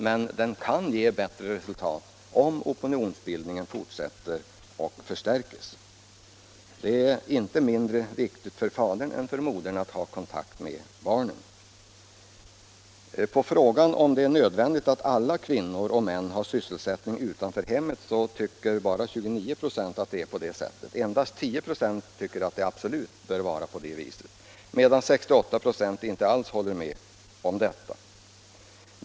Men den kan ge bättre resultat om opinionsbildningen fortsätter och förstärkes. Det är inte mindre viktigt för fadern än för modern att ha kontakt med barnen. På frågan om det är nödvändigt att alla kvinnor och män har sysselsättning utanför hemmet svarar bara 29 96 ja. Endast 10 96 tycker att det absolut bör vara så, medan 68 96 inte alls håller med om detta.